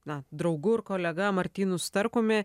na draugu ir kolega martynu starkumi